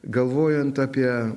galvojant apie